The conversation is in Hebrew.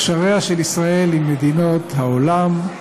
קשריה של ישראל עם מדינות העולם,